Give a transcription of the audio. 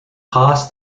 pass